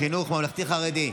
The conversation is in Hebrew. חינוך ממלכתי-חרדי),